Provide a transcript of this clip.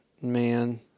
Man